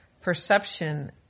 perception